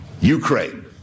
Ukraine